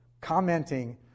commenting